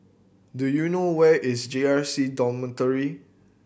do you know where is J R C Dormitory